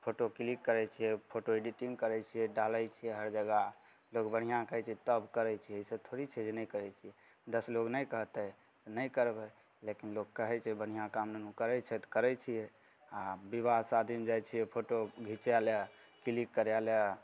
photo click करैत छियै photo editing करैत छियै डालै छियै हर जगह लोग बढ़िआँ कहैत छै तब करैत छियै ई सब थोड़ी छै जे नहि कहै छै दश लोग नहि कहतै तऽ नहि करबै लेकिन लोक कहैत छै काम नुनू बढ़िआँ करैत छै तऽ करैत छियै आ बिबाह शादीमे जाइत छियै फोटो घिचाए लए क्लिक करै लए